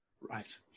Right